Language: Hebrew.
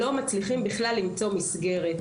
שלא מצליחים בכלל למצוא מסגרת.